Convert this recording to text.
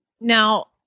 Now